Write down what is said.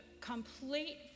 complete